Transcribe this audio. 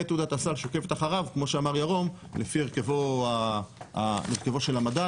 ותעודת הסל שעוקבת אחרת לפי הרכבו של המדד,